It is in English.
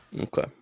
Okay